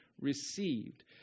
received